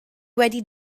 wedi